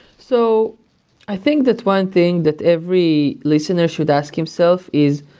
so i think that one thing that every listener should ask himself is,